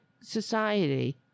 society